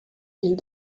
ville